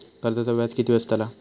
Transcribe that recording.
कर्जाचा व्याज किती बसतला?